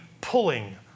pulling